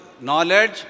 knowledge